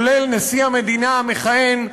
כולל נשיא המדינה המכהן,